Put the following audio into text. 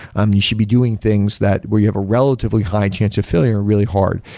um you should be doing things that where you have a relatively high chance of failure really hard.